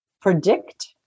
predict